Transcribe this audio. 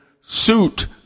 suit